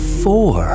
four